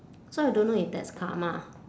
so I don't know if that's karma